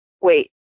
wait